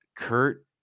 Kurt